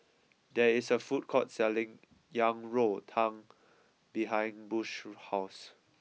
there is a food called selling Yang Rou Tang behind Bush's house